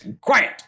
Quiet